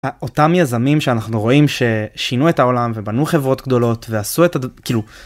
אותם יזמים שאנחנו רואים ששינו את העולם ובנו חברות גדולות ועשו את ה.. כאילו.